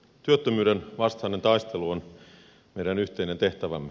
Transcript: työttömyyden vastainen taistelu on meidän yhteinen tehtävämme